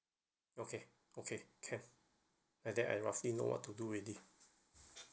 okay okay can I think I roughly know what to do already